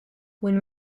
when